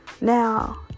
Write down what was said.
Now